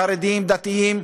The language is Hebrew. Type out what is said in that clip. חרדים,